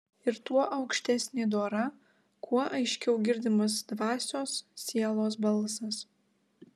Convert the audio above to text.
ir tuo aukštesnė dora kuo aiškiau girdimas dvasios sielos balsas